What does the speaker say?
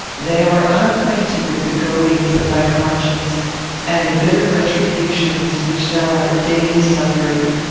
they are unacquainted with the goadings of thy conscience and the bitter retributions which thou art daily suffering.